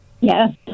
Yes